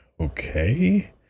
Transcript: okay